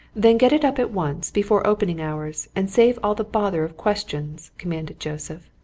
then get it up at once, before opening hours, and save all the bother of questions, commanded joseph.